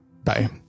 Bye